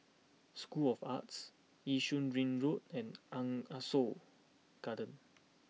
School of Arts Yishun Ring Road and aren't Ah Soo Garden